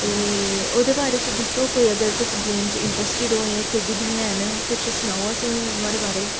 ते ओह्दे बारे च दस्सो कोई अगर तुस गेम च इंटरैस्टड ओ जां खेढी दियां ऐन किश सनाओ असें गी नुहाड़े बारे च